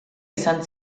izan